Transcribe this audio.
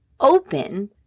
Open